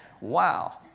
wow